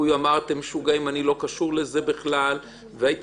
או הוא אמר שהוא לא קשור לזה בכלל והייתם